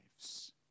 lives